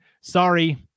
Sorry